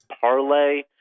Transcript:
parlay